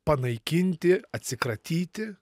panaikinti atsikratyti